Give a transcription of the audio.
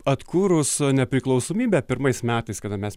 atkūrus nepriklausomybę pirmais metais kada mes